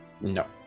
No